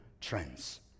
trends